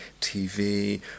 TV